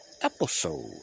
episode